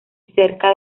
cerca